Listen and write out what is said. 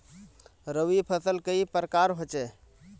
रवि फसल कई प्रकार होचे?